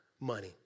money